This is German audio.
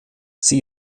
sie